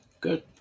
good